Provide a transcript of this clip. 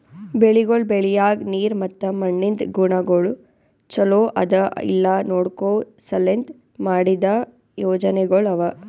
ಬೆಳಿಗೊಳ್ ಬೆಳಿಯಾಗ್ ನೀರ್ ಮತ್ತ ಮಣ್ಣಿಂದ್ ಗುಣಗೊಳ್ ಛಲೋ ಅದಾ ಇಲ್ಲಾ ನೋಡ್ಕೋ ಸಲೆಂದ್ ಮಾಡಿದ್ದ ಯೋಜನೆಗೊಳ್ ಅವಾ